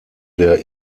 der